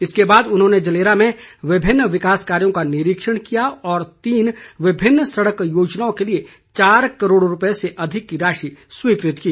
इसके बाद उन्होंने जलेरा में विभिन्न विकासकार्यों का निरीक्षण किया और तीन विभिन्न सड़क योजनाओं के लिए चार करोड़ रुपये से अधिक की राशि स्वीकृत की